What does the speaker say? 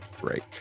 break